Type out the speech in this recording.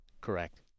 Correct